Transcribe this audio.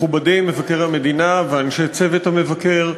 מכובדי מבקר המדינה ואנשי צוות המבקר,